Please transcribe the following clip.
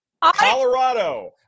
Colorado